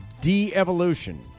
de-evolution